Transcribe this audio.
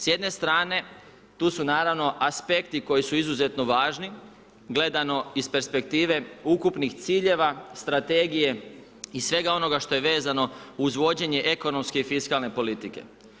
S jedne strane tu su naravno aspekti koji su izuzetno važni gledano iz perspektive ukupnih ciljeva, strategije i svega onoga što je vezano uz vođenje ekonomske i fiskalne politike.